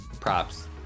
props